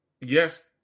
Yes